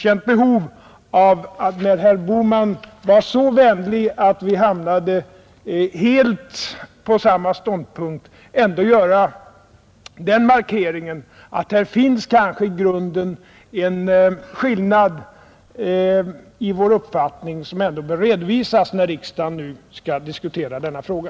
När herr Bohman var så vänlig att vi hamnade helt på samma ståndpunkt, har jag ändå känt ett behov av att göra den markeringen, att det kanske i grunden finns en skillnad i vår uppfattning som bör redovisas när riksdagen nu skall diskutera denna fråga.